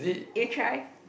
you try